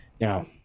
now